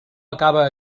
acaba